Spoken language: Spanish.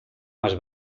más